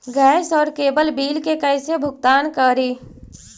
Gas और cable bill के कैसे भुगतान करी?